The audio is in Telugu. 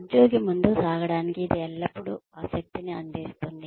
ఉద్యోగి ముందుకు సాగడానికి ఇది ఎల్లప్పుడూ ఆ శక్తిని అందిస్తుంది